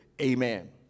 Amen